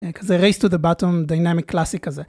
כזה race to the bottom dynamic classic כזה.